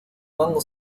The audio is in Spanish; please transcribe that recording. mango